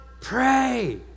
pray